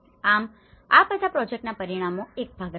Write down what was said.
આમ આ બધા પ્રોજેક્ટના પરિણામોનો એક ભાગ રહ્યા છે